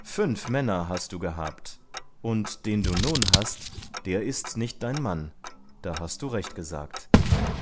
fünf männer hast du gehabt und den du nun hast der ist nicht dein mann da hast du recht gesagt